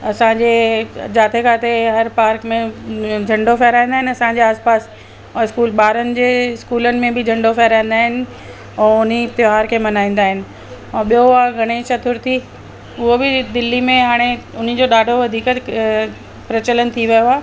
असांजे जिते किथे हर पार्क में झंडो फहिराईंदा आहिनि असांजे आस पास इस्कूल ॿारनि जे स्कूलनि में बि झंडो फहिराईंदा आहिनि ऐं उन ई त्योहार खे मल्हाईंदा आहिनि ऐं ॿियो आहे गणेश चतुर्थी उहो बि दिल्ली में हाणे उन जो ॾाढो वधीक प्रचलन थी वियो आहे